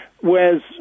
Whereas